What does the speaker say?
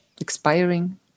Expiring